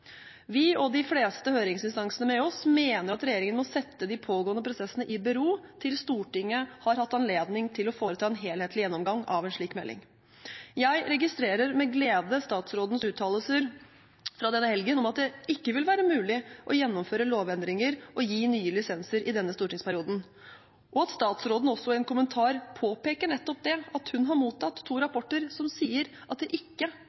Vi – og de fleste høringsinstansene med oss – mener at regjeringen må sette de pågående prosessene i bero til Stortinget har hatt anledning til å foreta en helhetlig gjennomgang av en slik melding. Jeg registrerer med glede statsrådens uttalelser fra denne helgen om at det ikke vil være mulig å gjennomføre lovendringer og gi nye lisenser i denne stortingsperioden, og at statsråden også i en kommentar påpeker nettopp at hun har mottatt to rapporter som sier at det ikke